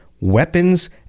weapons